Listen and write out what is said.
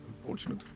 Unfortunate